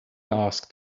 asked